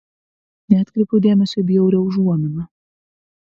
neatkreipiau dėmesio į bjaurią užuominą